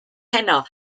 heno